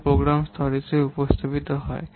এটি প্রোগ্রাম স্তর হিসাবে উপস্থাপিত হয়